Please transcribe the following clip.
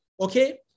Okay